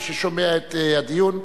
מי ששומע את הדיון,